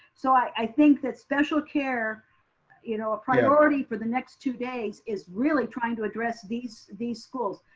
so i think that special care you know ah priority for the next two days is really trying to address these these schools.